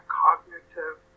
cognitive